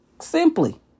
Simply